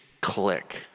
click